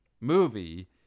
movie